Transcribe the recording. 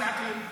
לעזוב.